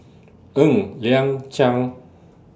Ng Liang Chiang